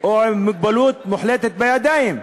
או עם מוגבלות מוחלטת בידיים.